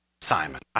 Simon